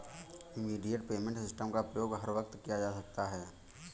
immediate payment system का प्रयोग हर वक्त किया जा सकता है